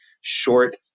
short